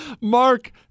Mark